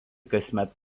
kasmet